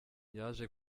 yaje